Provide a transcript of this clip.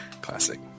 Classic